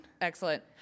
Excellent